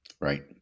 Right